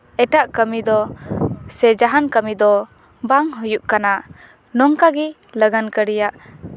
ᱮᱴᱟᱜ ᱠᱟᱹᱢᱤ ᱫᱚ ᱥᱮ ᱡᱟᱦᱟᱱ ᱠᱟᱹᱢᱤ ᱫᱚ ᱵᱟᱝ ᱦᱩᱭᱩᱜ ᱠᱟᱱᱟ ᱱᱚᱝᱠᱟ ᱜᱮ ᱞᱟᱜᱟᱱ ᱠᱟᱹᱨᱤᱭᱟᱜ